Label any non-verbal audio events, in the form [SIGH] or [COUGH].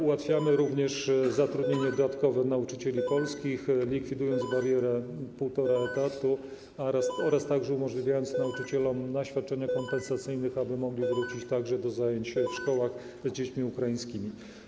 Ułatwiamy [NOISE] również zatrudnienie dodatkowe nauczycieli polskich, likwidując barierę półtora etatu oraz umożliwiając nauczycielom na świadczeniach kompensacyjnych, aby mogli wrócić także do zajęć w szkołach z dziećmi ukraińskimi.